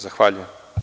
Zahvaljujem.